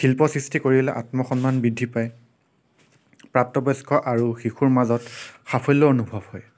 শিল্প সৃষ্টি কৰিলে আত্মসন্মান বৃদ্ধি পায় প্ৰাপ্তবয়স্ক আৰু শিশুৰ মাজত সাফল্য় অনুভৱ হয়